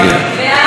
סעיפים 3